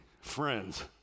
Friends